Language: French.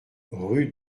rue